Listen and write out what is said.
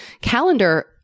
Calendar